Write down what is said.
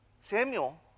Samuel